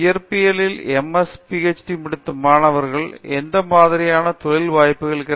இயற்பியலில் MS மற்றும் PhD முடித்த மாணவர்களை எந்த மாதிரியான தொழில் வாய்ப்புகள் இருக்கிறது